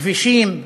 כבישים,